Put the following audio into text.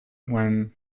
when